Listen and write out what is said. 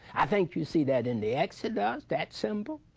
i think you see that in the exodus, that symbol.